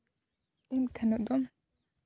ᱤᱱ ᱠᱷᱟᱱ ᱫᱚ